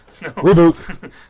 Reboot